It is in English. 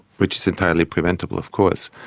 which is entirely preventable, of course.